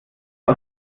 aus